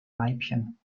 weibchen